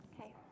Okay